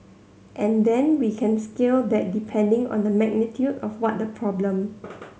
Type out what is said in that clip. and then we can scale that depending on the magnitude of what the problem